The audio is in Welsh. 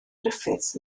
griffiths